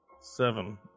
Seven